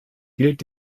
gilt